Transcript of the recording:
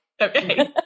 Okay